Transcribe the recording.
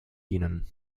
ihnen